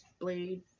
blade